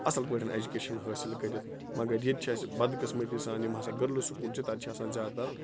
اَصٕل پٲٹھۍ اٮ۪جُکیشَن حٲصِل کٔرِتھ مگر ییٚتہِ چھِ اَسہِ بَدقٕسمٔتی سان یِم ہسا گٔرلٕز سکوٗل چھِ تَتہِ چھِ آسان زیادٕ تَر